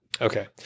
Okay